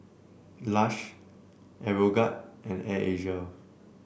Lush Aeroguard and Air Asia